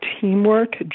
teamwork